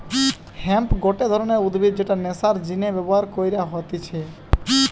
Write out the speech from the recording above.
hemp গটে ধরণের উদ্ভিদ যেটা নেশার জিনে ব্যবহার কইরা হতিছে